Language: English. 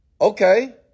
Okay